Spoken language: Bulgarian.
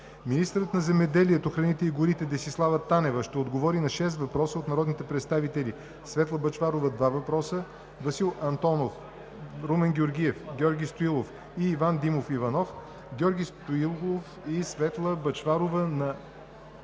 Министърът на земеделието, храните и горите Десислава Танева ще отговори на шест въпроса от народните представители Светла Бъчварова – два въпроса; Васил Антонов; Румен Георгиев; Георги Стоилов и Иван Димов Иванов; Георги Стоилов и Светла Бъчварова;